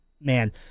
man